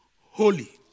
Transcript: holy